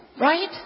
right